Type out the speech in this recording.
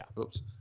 Oops